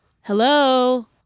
Hello